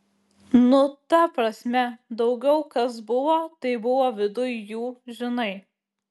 nu ta prasme daugiau kas buvo tai buvo viduj jų žinai